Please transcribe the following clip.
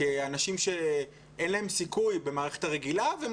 כאנשים שאין להם סיכוי במערכת הרגילה והם